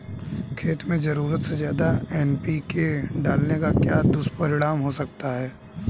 खेत में ज़रूरत से ज्यादा एन.पी.के डालने का क्या दुष्परिणाम हो सकता है?